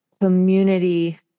community